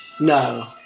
no